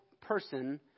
person